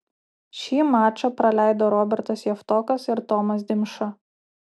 šį mačą praleido robertas javtokas ir tomas dimša